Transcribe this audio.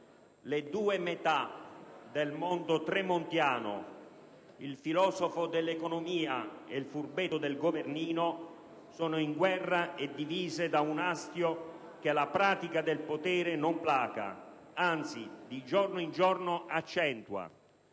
«Le due metà del mondo tremontiano, il filosofo dell'economia e il furbetto del governino, sono in guerra e divise da un astio che la pratica del potere non placa, anzi di giorno in giorno accentua.